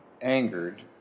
angered